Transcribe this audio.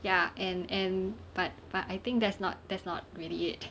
ya and and but but I think that's not that's not really it